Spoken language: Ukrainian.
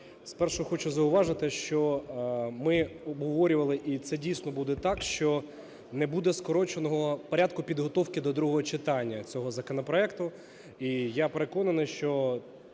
Спершу хочу зауважити, що ми обговорювали, і це дійсно буде так, що не буде скороченого порядку підготовки до другого читання цього законопроекту,